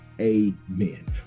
amen